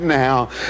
now